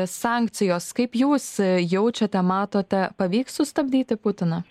sankcijos kaip jūs jaučiate matote pavyks sustabdyti putiną